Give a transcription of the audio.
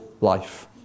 Life